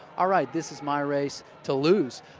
all right, this is my race to lose.